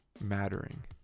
mattering